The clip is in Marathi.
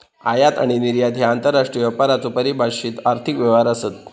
आयात आणि निर्यात ह्या आंतरराष्ट्रीय व्यापाराचो परिभाषित आर्थिक व्यवहार आसत